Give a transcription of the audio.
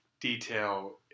detail